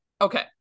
okay